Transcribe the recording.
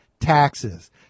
taxes